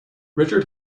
richard